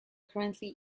currently